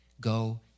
go